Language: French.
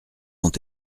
ont